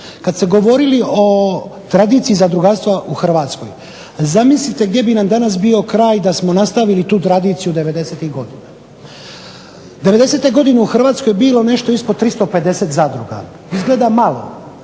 Kad ste govorili o tradiciji zadrugarstva u Hrvatskoj zamislite gdje bi nam danas bio kraj da smo nastavili tu tradiciju devedesetih godina. Devedesete godine u Hrvatskoj je bilo nešto ispod 350 zadruga. Izgleda malo,